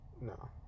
No